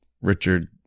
Richard